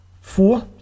Four